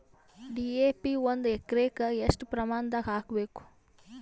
DAP ಒಂದು ಎಕರಿಗ ಎಷ್ಟ ಪ್ರಮಾಣದಾಗ ಹಾಕಬೇಕು?